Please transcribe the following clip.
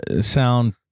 sound